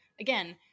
again